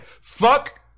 fuck